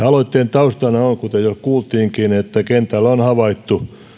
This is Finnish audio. aloitteen taustana on kuten jo kuultiinkin että kentällä on havaittu